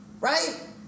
Right